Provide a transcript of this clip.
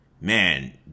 Man